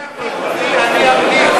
על המתווה החיובי אני אמליץ.